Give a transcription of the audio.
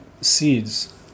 seeds